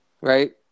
Right